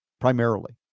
primarily